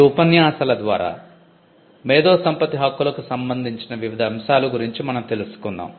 ఈ ఉపన్యాసాల ద్వారా మేధోసంపత్తి హక్కులకు సంబంధించిన వివిధ అంశాలు గురించి మనం తెలుసుకుందాం